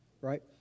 right